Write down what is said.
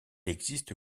existe